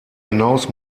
hinaus